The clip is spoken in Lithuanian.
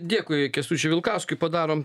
dėkui kęstučiui vilkauskui padarom